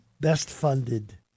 best-funded